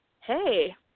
Hey